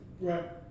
Right